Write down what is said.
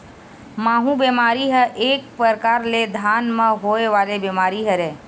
माहूँ बेमारी ह एक परकार ले धान म होय वाले बीमारी हरय